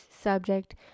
subject